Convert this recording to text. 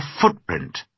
footprint